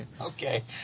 okay